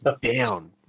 down